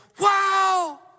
wow